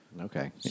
Okay